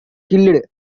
killed